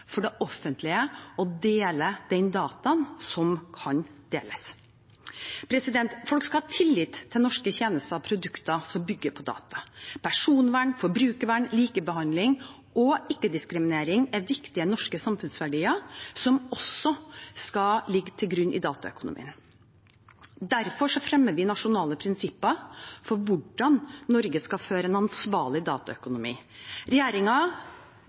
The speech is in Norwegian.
for det offentlige til å dele den dataen som kan deles. Folk skal ha tillit til norske tjenester og produkter som bygger på data. Personvern, forbrukervern, likebehandling og ikke-diskriminering er viktige norske samfunnsverdier som også skal ligge til grunn i dataøkonomien. Derfor fremmer vi nasjonale prinsipper for hvordan Norge skal føre en ansvarlig dataøkonomi.